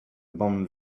bon